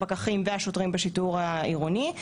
הפקחים והשוטרים בשיטור העירוני.